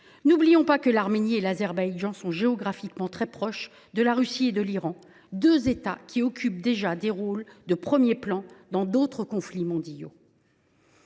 N’oublions pas que l’Arménie et l’Azerbaïdjan sont géographiquement très proches de la Russie et de l’Iran, deux États qui occupent déjà des rôles de premier plan dans d’autres conflits mondiaux.